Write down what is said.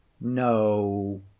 No